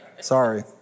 Sorry